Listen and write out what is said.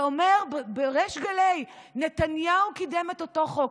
ואומר בריש גלי: נתניהו קידם את אותו חוק.